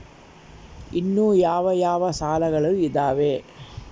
ಇನ್ನು ಯಾವ ಯಾವ ಸಾಲಗಳು ಇದಾವೆ?